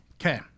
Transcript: Okay